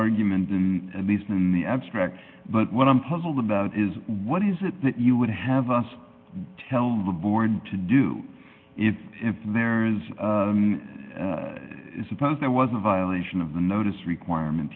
argument at least in the abstract but what i'm puzzled about is what is it that you would have us tell the board to do if there is suppose there was a violation of the notice requirement